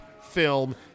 film